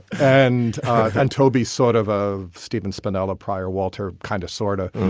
and and toby sort of of stephen spinella, pryor, walter kind of sorta.